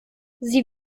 sie